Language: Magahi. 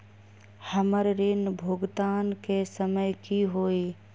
हमर ऋण भुगतान के समय कि होई?